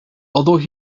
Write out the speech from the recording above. although